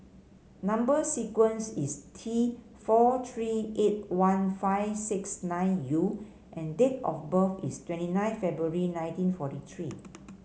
number sequence is T four three eight one five six nine U and date of birth is twenty nine February nineteen forty three